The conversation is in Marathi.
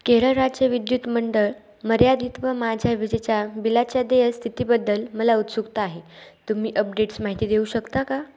केरळ राज्य विद्युत मंडळ मर्यादित व माझ्या विजेच्या बिलाच्या देय स्थितीबद्दल मला उत्सुकता आहे तुम्ही अपडेट्स माहिती देऊ शकता का